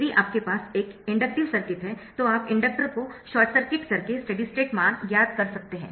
यदि आपके पास एक इंडक्टिव सर्किट है तो आप इंडक्टर को शॉर्ट सर्किट करके स्टेडी स्टेट मान ज्ञात कर सकते है